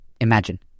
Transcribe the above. Imagine